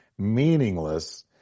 meaningless